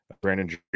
Brandon